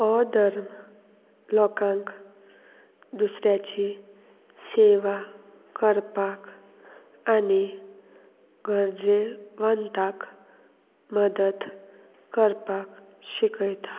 अधर्म लोकांक दुसऱ्याची सेवा करपाक आनी गरजेवंताक मदत करपाक शिकयता